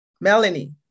Melanie